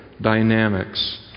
dynamics